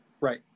right